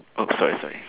open sorry sorry